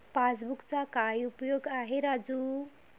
पासबुकचा काय उपयोग आहे राजू?